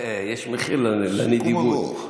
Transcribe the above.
סיכום ארוך.